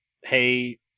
Hey